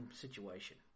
situation